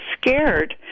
scared